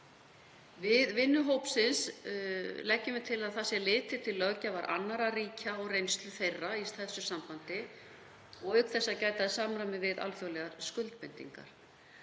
Við vinnu hópsins leggjum við til að það sé litið til löggjafar annarra ríkja og reynslu þeirra í þessu sambandi og auk þess gæta að samræmi við alþjóðlegar skuldbindingar.